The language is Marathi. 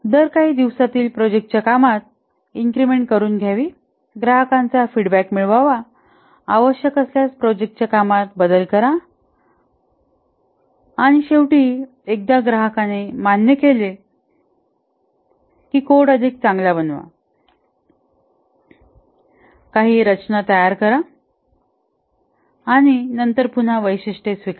दर काही दिवसांतील प्रोजेक्टच्या कामात इन्क्रिमेंट करून द्यावी ग्राहकांचा फीडबॅक मिळवा आवश्यक असल्यास प्रोजेक्टच्या कामात बदल करा आणि शेवटी एकदा ग्राहकांने मान्य केले की कोड अधिक चांगला बनवा काही रचना तयार करा आणि नंतर पुढील वैशिष्ट्य स्वीकारा